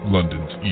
London's